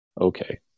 Okay